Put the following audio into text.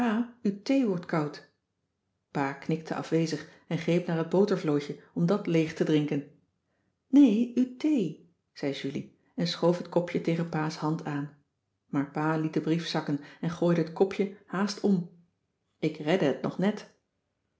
thee wordt koud pa knikte afwezig en greep naar het botervlootje om dat leeg te drinken nee uw thee zei julie en schoof het kopje tegen pa's hand aan maar pa liet den brief zakken en gooide het kopje haast om ik redde het nog net